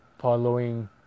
following